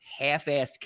half-assed